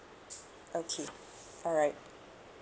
okay alright